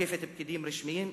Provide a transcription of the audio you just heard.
עוקפת פקידים רשמיים,